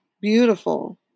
beautiful